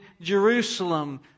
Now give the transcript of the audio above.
Jerusalem